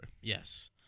Yes